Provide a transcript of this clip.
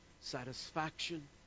satisfaction